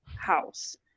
house